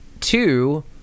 Two